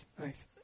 Nice